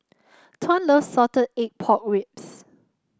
Tuan loves Salted Egg Pork Ribs